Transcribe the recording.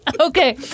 Okay